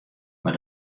mar